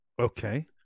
okay